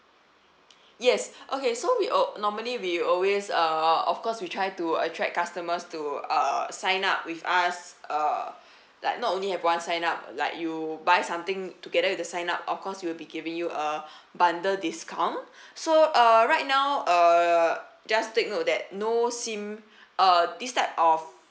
yes okay so we o~ normally we'll always uh of course we try to attract customers to uh sign up with us uh like not only have one sign up like you buy something together with the sign up of course we'll be giving you a bundle discount so uh right now uh just take note that no SIM uh this type of